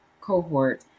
cohort